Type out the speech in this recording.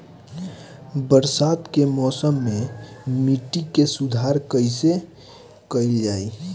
बरसात के मौसम में मिट्टी के सुधार कइसे कइल जाई?